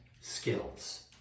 skills